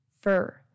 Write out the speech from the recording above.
Fur